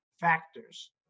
factors